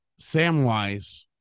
Samwise